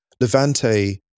Levante